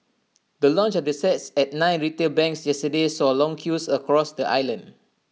the launch of the sets at nine retail banks yesterday saw long queues across the island